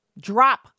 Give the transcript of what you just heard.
drop